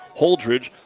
Holdridge